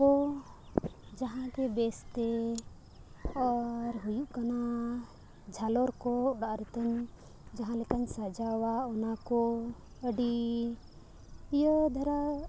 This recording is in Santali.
ᱠᱚ ᱡᱟᱦᱟᱸ ᱜᱮ ᱵᱮᱥ ᱛᱮ ᱟᱨ ᱦᱩᱭᱩᱜ ᱠᱟᱱᱟ ᱡᱷᱟᱞᱚᱨ ᱠᱚ ᱚᱲᱟᱜ ᱨᱮᱛᱮᱧ ᱡᱟᱦᱟᱸ ᱞᱮᱠᱟᱧ ᱥᱟᱡᱟᱣᱟ ᱚᱱᱟ ᱠᱚ ᱟᱹᱰᱤ ᱤᱭᱟᱹ ᱫᱷᱟᱨᱟ